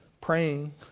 praying